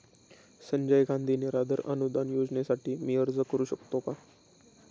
संजय गांधी निराधार अनुदान योजनेसाठी मी अर्ज करू शकतो का?